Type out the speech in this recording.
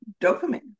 dopamine